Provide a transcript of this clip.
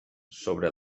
sobre